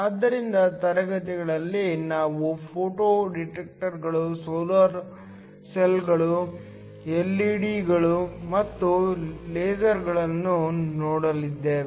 ಆದ್ದರಿಂದ ತರಗತಿಗಳಲ್ಲಿ ನಾವು ಫೋಟೋ ಡಿಟೆಕ್ಟರ್ಗಳು ಸೋಲಾರ್ ಸೆಲ್ಗಳು ಎಲ್ಇಡಿಗಳು ಮತ್ತು ಲೇಸರ್ಗಳನ್ನು ನೋಡಿದ್ದೇವೆ